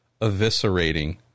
eviscerating